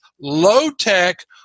low-tech